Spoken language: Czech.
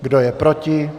Kdo je proti?